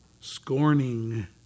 scorning